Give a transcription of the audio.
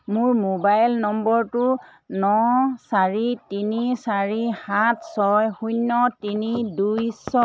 মোৰ মোবাইল নম্বৰটো ন চাৰি তিনি চাৰি সাত ছয় শূন্য তিনি দুই ছয়